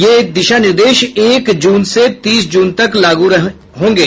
ये दिशा निर्देश एक जून से तीस जून तक लागू होंगे